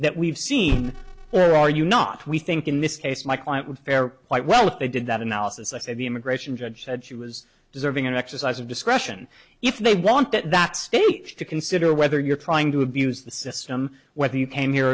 that we've seen there are you not we think in this case my client was fair quite well they did that analysis i said the immigration judge said she was deserving an exercise of discretion if they want at that stage to consider whether you're trying to abuse the system whether you came here